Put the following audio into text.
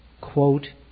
Quote